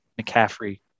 McCaffrey